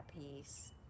peace